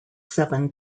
seven